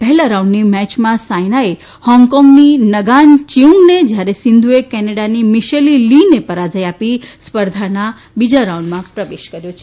પહેલા રાઉન્ડની મેચમાં સાયનાએ હોંગકોંગની નગાન ચીઉંગને યારે સિંધુએ કેનેડાની મીશેલી લીને પરા ય આપીને સ્પર્ધાના બીજા રાઉન્ડમાં પ્રવેશ કર્યો છે